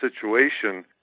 situation